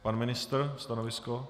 Pan ministr, stanovisko?